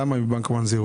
למה לא מהבנק הזה?